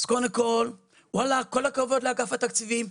אז קודם כל, וואלה, כל הכבוד לאגף התקציבים.